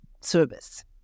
service